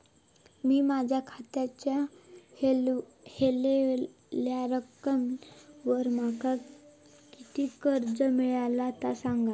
मी माझ्या खात्याच्या ऱ्हवलेल्या रकमेवर माका किती कर्ज मिळात ता सांगा?